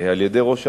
על-ידי ראש הממשלה",